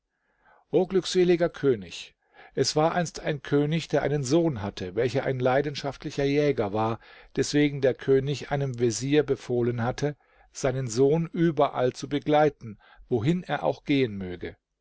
o glückseliger könig es war einst ein könig der einen sohn hatte welcher ein leidenschaftlicher jäger war deswegen der könig einem vezier befohlen hatte seinen sohn überall zu begleiten wohin er auch gehen möge